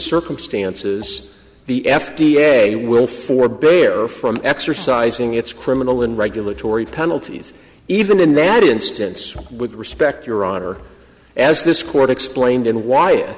circumstances the f d a will forbear from exercising its criminal and regulatory penalties even in that instance with respect your honor as this court explained in why